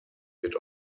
wird